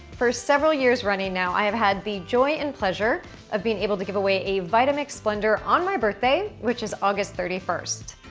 for several years running now i have had the joy and pleasure of being able to give away a vitamix blender on my birthday which is august thirty first.